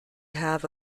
have